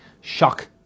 shock